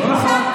לא נכון.